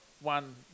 one